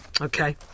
Okay